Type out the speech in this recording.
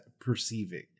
perceiving